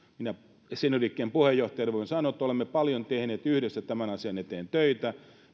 minä senioriliikkeen puheenjohtajana voin sanoa että olemme paljon tehneet yhdessä tämän asian eteen töitä